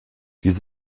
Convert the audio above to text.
dies